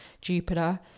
Jupiter